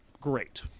great